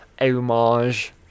homage